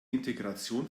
integration